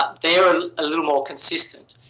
they are a little more consistent.